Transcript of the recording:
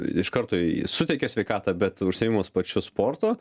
iš karto suteikia sveikatą bet užsiėmus pačiu sportu